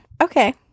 Okay